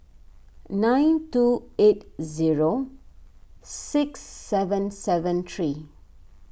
nine two eight zero six seven seven three